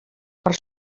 per